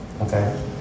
okay